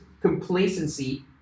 complacency